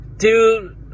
Dude